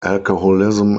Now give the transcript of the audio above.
alcoholism